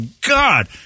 God